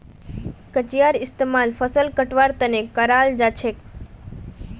कचियार इस्तेमाल फसल कटवार तने कराल जाछेक